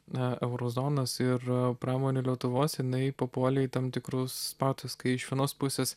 na euro zonos ir pramonė lietuvos jinai papuolė į tam tikrus spąstus kai iš vienos pusės